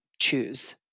choose